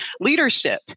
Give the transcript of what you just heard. leadership